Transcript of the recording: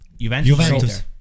Juventus